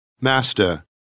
Master